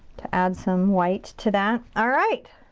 to add some white to that. alright.